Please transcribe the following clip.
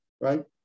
right